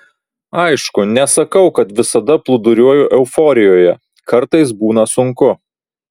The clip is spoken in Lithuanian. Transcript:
aišku nesakau kad visada plūduriuoju euforijoje kartais būna sunku